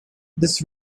this